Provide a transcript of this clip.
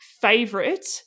favorite